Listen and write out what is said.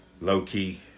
Low-key